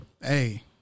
Hey